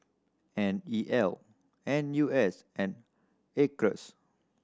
N E L N U S and Acres